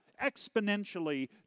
exponentially